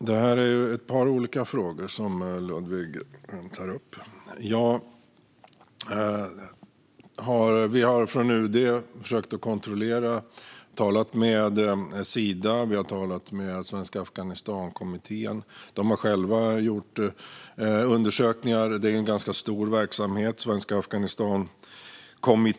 Herr talman! Det är flera olika frågor som Ludvig tar upp. Vi har från UD försökt kontrollera detta. Vi har talat med Sida och med Svenska Afghanistankommittén, som själva har gjort undersökningar. Svenska Afghanistankommittén har ju en ganska stor verksamhet.